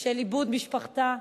של איבוד משפחתה.